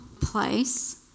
place